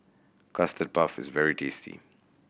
Custard Puff is very tasty